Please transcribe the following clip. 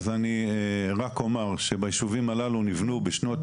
אז אני רק אומר שבישובים הללו נבנו בשנות